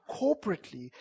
corporately